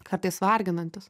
kartais varginantis